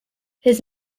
his